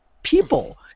People